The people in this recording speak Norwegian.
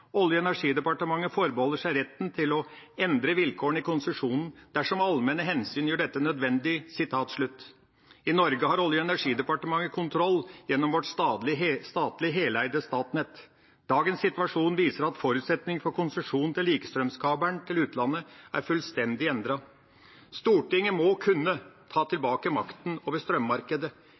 og energidepartementet forbeholder seg retten til å endre vilkårene i konsesjonen i konsesjonsperioden dersom allmenne hensyn gjør dette nødvendig.» I Norge har Olje- og energidepartementet kontroll gjennom vårt statlig heleide Statnett. Dagens situasjon viser at forutsetningene for konsesjon til likestrømskabelen til utlandet er fullstendig endret. Stortinget må kunne ta tilbake makten over strømmarkedet.